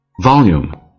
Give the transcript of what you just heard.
Volume